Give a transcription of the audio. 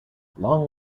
long